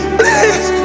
please